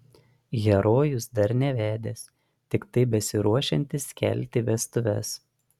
herojus dar nevedęs tiktai besiruošiantis kelti vestuves